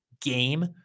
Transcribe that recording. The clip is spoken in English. game